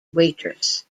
waitress